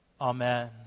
Amen